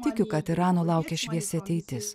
tikiu kad irano laukia šviesi ateitis